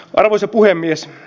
arvoisa puhemies